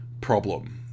problem